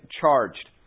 charged